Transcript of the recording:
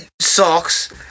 socks